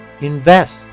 invest